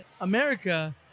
America